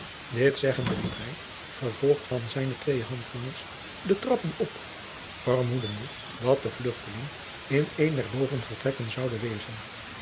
dit zeggende liep hij gevolgd van zijne twee handlangers de trappen op vermoedende dat de vluchteling in een der bovenvertrekken zoude wezen